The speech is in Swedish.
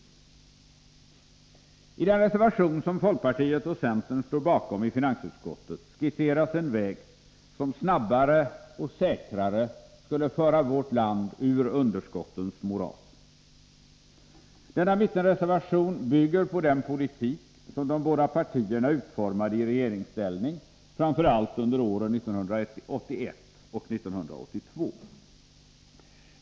I en reservation som folkpartiet och centern står bakom i finansutskottet skisseras en väg som snabbare och säkrare skulle föra vårt land ur underskottens moras. Mittenreservationen bygger på den politik som de båda partierna utformade i regeringsställning, framför allt under åren 1981 och 1982.